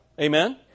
Amen